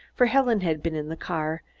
for helen had been in the car,